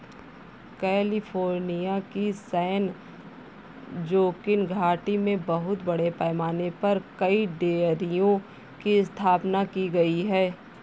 California की San Joaquin घाटी में बहुत बड़े पैमाने पर कई डेयरियों की स्थापना की गई है